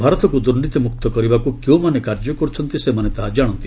ଭାରତକୁ ଦୁର୍ନୀତି ମୁକ୍ତ କରିବାକୁ କେଉଁମାନେ କାର୍ଯ୍ୟ କରୁଛନ୍ତି ସେମାନେ ତାହା ଜାଣନ୍ତି